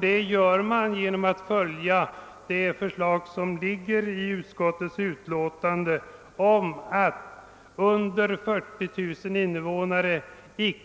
Det gör vi genom att följa utskottets förslag om att valkretsindelning i